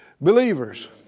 believers